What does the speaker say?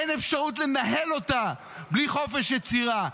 אין אפשרות לנהל אותה בלי חופש יצירה,